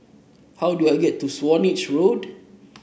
how do I get to Swanage Road